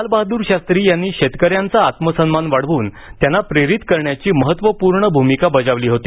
लालबहादूर शास्त्री यांनी शेतकऱ्यांचा आत्मसन्मान वाढवून त्यांना प्रेरित करण्याची महत्त्वपूर्ण भूमिका बजावली होती